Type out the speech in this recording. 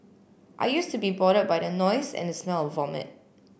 I used to be bothered by the noise and the smell of vomit